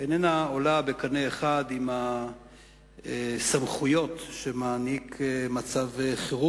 אינן עולות בקנה אחד עם הסמכויות שמצב חירום